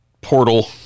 portal